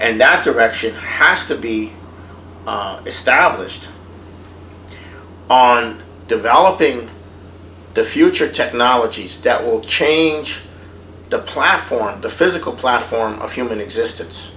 and that direction has to be established on developing the future technologies that will change the platform of the physical platform of human existence